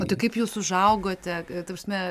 o tai kaip jūs užaugote ta prasme